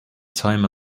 time